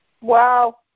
Wow